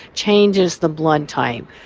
changes the blood type.